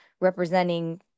representing